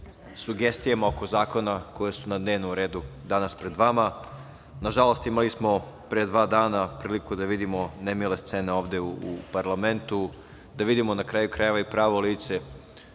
sugestijama oko zakona koji su na dnevnom redu danas pred vama. Nažalost, imali smo priliku pre dva dana da vidimo nemile scene ovde u parlamentu, da vidimo, na kraju krajeva, i pravo lice